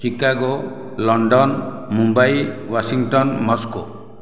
Chicago London Mumbai Washington Moscow